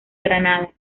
granada